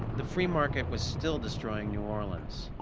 the free market was still destroying new orleans.